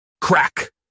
Crack